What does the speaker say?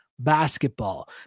basketball